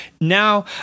Now